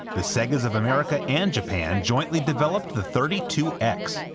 the segas of america and japan jointly developed the thirty two x,